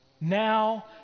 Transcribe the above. now